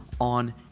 on